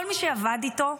וכל מי שעבד איתו,